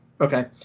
Okay